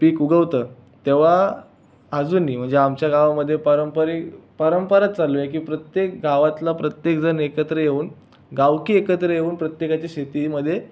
पीक उगवतं तेव्हा अजूनही म्हणजे आमच्या गावामध्ये पारंपरिक परंपरा चालू आहे की प्रत्येक गावातला प्रत्येकजण एकत्र येवून गावकी एकत्र येवून प्रत्येकाच्या शेतीमध्ये